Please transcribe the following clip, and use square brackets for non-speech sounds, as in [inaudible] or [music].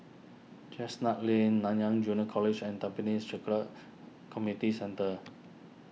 Chestnut Lane Nanyang Junior College and Tampines [unintelligible] comity Centre